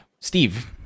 Steve